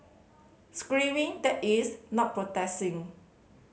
screaming that is not protesting